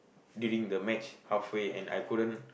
during the match halfway and I couldn't